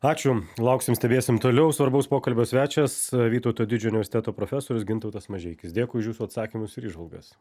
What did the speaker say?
ačiū lauksim stebėsim toliau svarbaus pokalbio svečias vytauto didžiojo universiteto profesorius gintautas mažeikis dėkui už jūsų atsakymus ir įžvalgas